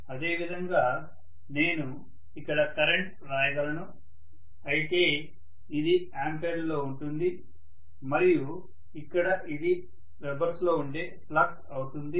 అదేవిధంగా నేను ఇక్కడ కరెంట్ వ్రాయగలను అయితే ఇది ఆంపియర్లలో ఉంటుంది మరియు ఇక్కడ ఇది వెబెర్స్ లో ఉండే ఫ్లక్స్ అవుతుంది